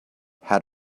had